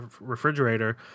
refrigerator